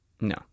no